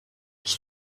ich